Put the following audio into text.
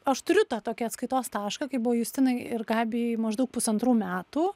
aš turiu tą tokį atskaitos tašką kai buvo justinai ir gabijai maždaug pusantrų metų